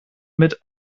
mit